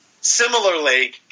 Similarly